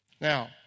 Now